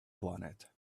planet